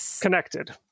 connected